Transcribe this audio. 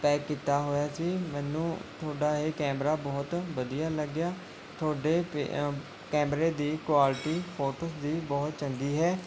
pack ਕੀਤਾ ਹੋਇਆ ਸੀ ਮੈਨੂੰ ਤੁਹਾਡਾ ਇਹ ਕੈਮਰਾ ਬਹੁਤ ਵਧੀਆ ਲੱਗਿਆ ਤੁਹਾਡੇ ਪਅ ਕੈਮਰੇ ਦੀ ਕੁਆਲਟੀ ਫੋਟੋ ਵੀ ਬਹੁਤ ਚੰਗੀ ਹੈ